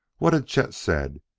what had chet said?